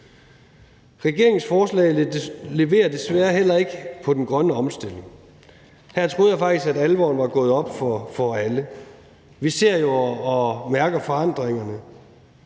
Regeringens forslag leverer desværre heller ikke på den grønne omstilling. Her troede jeg faktisk, at alvoren var gået op for alle. Vi ser og mærker jo forandringerne,